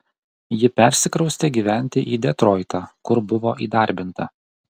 ji persikraustė gyventi į detroitą kur buvo įdarbinta